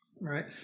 right